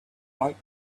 right